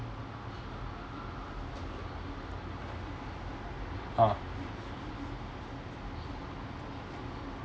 ah